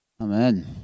Amen